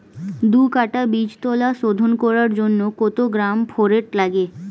দু কাটা বীজতলা শোধন করার জন্য কত গ্রাম ফোরেট লাগে?